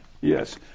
yes